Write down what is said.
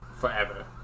Forever